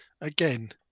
again